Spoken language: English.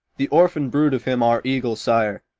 the orphaned brood of him, our eagle-sire,